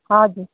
हजुर